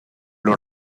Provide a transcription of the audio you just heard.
los